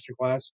masterclass